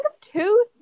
two